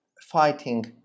fighting